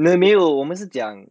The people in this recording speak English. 没有我们是讲